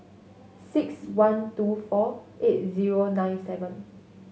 six one two four eight zero nine seven